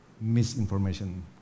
misinformation